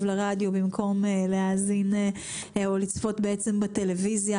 לרדיו במקום להאזין או לצפות בטלוויזיה.